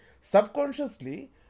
Subconsciously